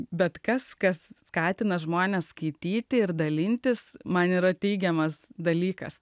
bet kas kas skatina žmones skaityti ir dalintis man yra teigiamas dalykas